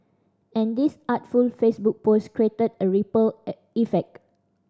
and this artful Facebook post created a ripple effect